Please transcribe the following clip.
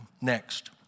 Next